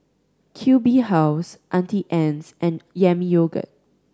Q B House Auntie Anne's and Yami Yogurt